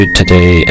today